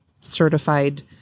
certified